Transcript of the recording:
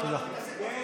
תן לי